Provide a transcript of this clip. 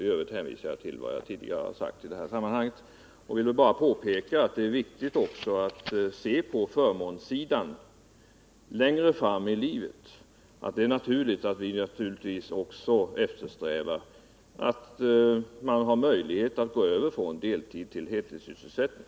I övrigt hänvisar jag till vad jag tidigare sagt i detta sammanhang. Jag vill bara påpeka att det är viktigt att också se på hur förmånerna påverkas längre fram i livet. Det är naturligt att vi vidare eftersträvar att man har möjlighet att gå äver från deltidstill heltidssysselsättning.